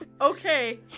Okay